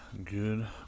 Good